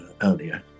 earlier